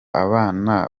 abana